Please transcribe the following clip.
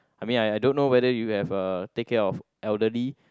I mean I don't know whether you have uh take care of elderly